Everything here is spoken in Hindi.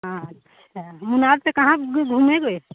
अच्छा मुनार से कहाँ घूमेंगे